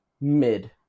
Mid